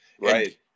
Right